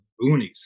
boonies